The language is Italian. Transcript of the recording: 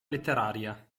letteraria